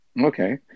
Okay